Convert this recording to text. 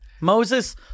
Moses